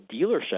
dealership